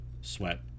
sweat